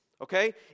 Okay